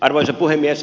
arvoisa puhemies